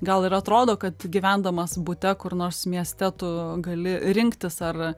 gal ir atrodo kad gyvendamas bute kur nors mieste tu gali rinktis ar